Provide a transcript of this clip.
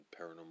paranormal